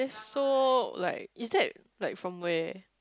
so like is that like from where